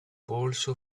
polso